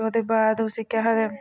ओह्दे बाद उसी केह् आखदे